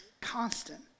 constant